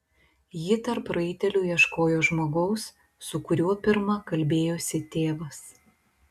ji tarp raitelių ieškojo žmogaus su kuriuo pirma kalbėjosi tėvas